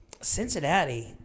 Cincinnati